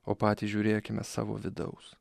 o patys žiūrėkime savo vidaus